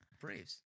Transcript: Braves